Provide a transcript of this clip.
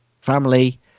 family